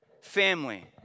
family